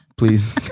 please